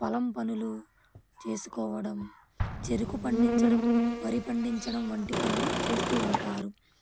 పలం పనులు చేసుకోవడం చెరుకు పండించడం వరి పండించడం వంటి పనులు చేస్తూ ఉంటారు